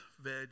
veg